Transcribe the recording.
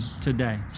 today